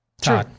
True